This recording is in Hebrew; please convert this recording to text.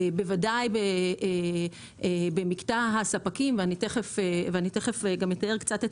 בוודאי במקטע הספקים ואני תיכף אתאר קצת את